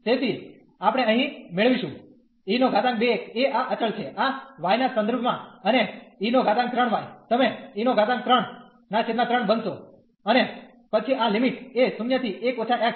તેથી આપણે અહીં મેળવીશું e2 x એ આ અચળ છે આ y ના સંદર્ભ માં અને e3y તમે e3 3 બનશો અને પછી આ લિમિટ એ 0 થી 1 − x